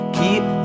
keep